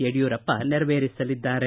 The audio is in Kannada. ಯಡಿಯೂರಪ್ಪ ನೆರವೇರಿಸಲಿದ್ದಾರೆ